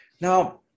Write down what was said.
Now